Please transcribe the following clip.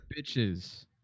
Bitches